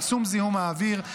צמצום זיהום האוויר,